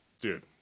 dude